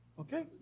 okay